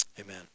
Amen